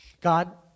God